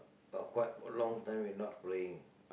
a quite long time you not praying